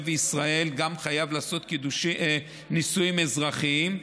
וישראל חייב לעשות גם נישואים אזרחיים,